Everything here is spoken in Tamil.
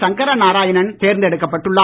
சங்கரநாராயணன் தேர்ந்தெடுக்கப்பட்டுள்ளார்